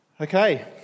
Okay